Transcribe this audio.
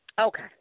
Okay